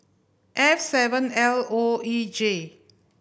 F seven L O E J